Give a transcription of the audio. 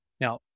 Now